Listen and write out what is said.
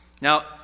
Now